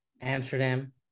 Amsterdam